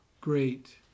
great